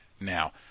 now